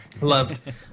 loved